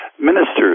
ministers